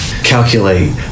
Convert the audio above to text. Calculate